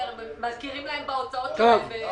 מכירים להם בהוצאות שלהם.